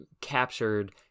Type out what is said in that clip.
captured